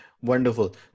Wonderful